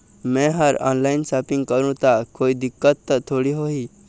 मैं हर online shopping करू ता कोई दिक्कत त थोड़ी होही?